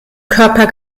körper